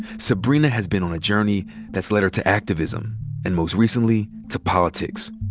sybrina has been on a journey that's led her to activism and most recently, to politics.